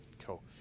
Cool